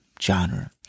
genre